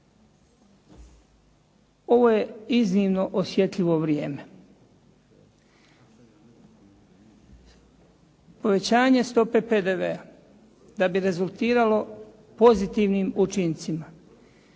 Ovo je iznimno osjetljivo vrijeme. Povećanje stope PDV-a da bi rezultiralo pozitivnim učincima